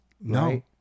No